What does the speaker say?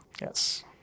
Yes